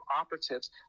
operatives